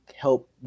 help